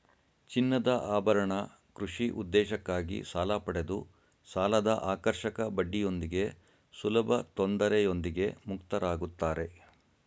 ಚಿನ್ನದಆಭರಣ ಕೃಷಿ ಉದ್ದೇಶಕ್ಕಾಗಿ ಸಾಲಪಡೆದು ಸಾಲದಆಕರ್ಷಕ ಬಡ್ಡಿಯೊಂದಿಗೆ ಸುಲಭತೊಂದರೆಯೊಂದಿಗೆ ಮುಕ್ತರಾಗುತ್ತಾರೆ